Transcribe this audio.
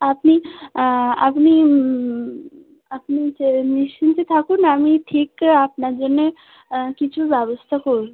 আপনি আপনি আপনি নিশ্চিন্তে থাকুন আমি ঠিক আপনার জন্যে কিছু ব্যবস্থা করবো